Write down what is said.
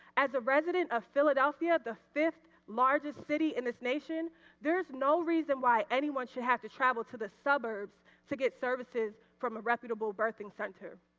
as a resident of philadelphia. the fifth largest city in this nation there is no reason why anyone should have to travel to the suburbs to get services from a reputible birthing center.